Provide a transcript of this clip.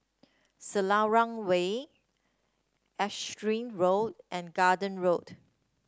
Selarang Way Erskine Road and Garden Road